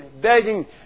begging